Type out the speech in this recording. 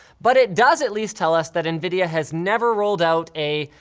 but it does at least tell us that nvidia has never rolled out a,